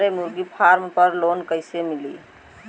हमरे मुर्गी फार्म पर लोन कइसे मिली?